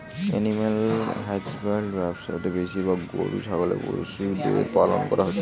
animal husbandry ব্যবসা তে বেশিরভাগ গরু ছাগলের পশুদের পালন করা হই